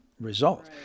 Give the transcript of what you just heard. result